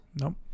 Nope